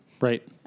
Right